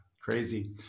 Crazy